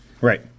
right